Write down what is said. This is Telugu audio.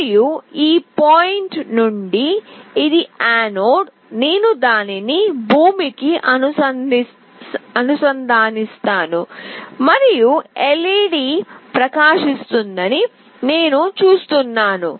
మరియు ఈ పాయింట్ నుండి ఇది యానోడ్ నేను దానిని భూమికి అనుసంధానిస్తాను మరియు LED ప్రకాశిస్తుందని నేను చూస్తున్నాను